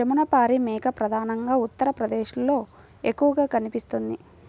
జమునపారి మేక ప్రధానంగా ఉత్తరప్రదేశ్లో ఎక్కువగా కనిపిస్తుంది